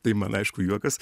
tai man aišku juokas